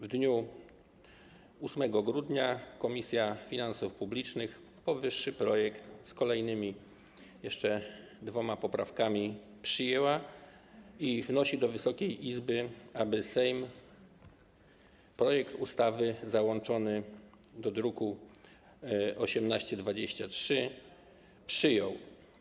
W dniu 8 grudnia Komisja Finansów Publicznych powyższy projekt z kolejnymi dwoma poprawkami przyjęła i wnosi do Wysokiej Izby, aby Sejm projekt ustawy załączony do druku nr 1823 przyjął.